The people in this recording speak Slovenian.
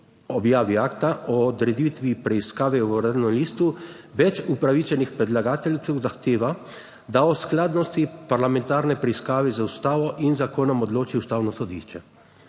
objavi akta o odreditvi preiskave v uradnem listu več upravičenih predlagateljev zahteva, da o skladnosti parlamentarne preiskave z ustavo in zakonom odloči ustavno sodišče.